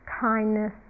kindness